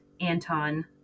anton